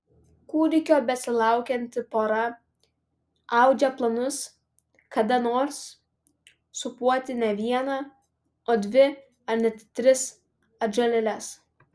kūdikio besilaukianti pora audžia planus kada nors sūpuoti ne vieną o dvi ar net tris atžalėles